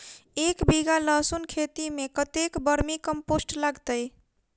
एक बीघा लहसून खेती मे कतेक बर्मी कम्पोस्ट लागतै?